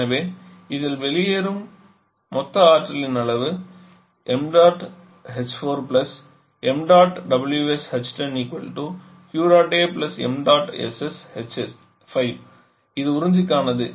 எனவே இதில் நுழைந்து வெளியேறும் மொத்த ஆற்றலின் அளவு இது உறிஞ்சிக்கானது